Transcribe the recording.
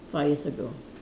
five years ago